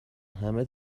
همه